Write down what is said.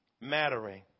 mattering